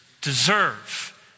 deserve